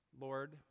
Lord